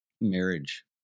marriage